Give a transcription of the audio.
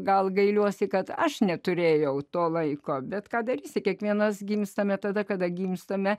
gal gailiuosi kad aš neturėjau to laiko bet ką darysi kiekvienas gimstame tada kada gimstame